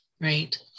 Right